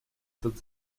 этот